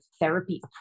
therapy